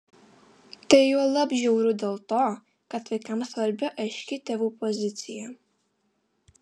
tai juolab žiauru dėl to kad vaikams svarbi aiški tėvų pozicija